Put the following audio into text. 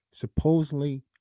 supposedly